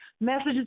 messages